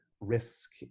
risk